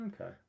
Okay